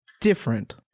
Different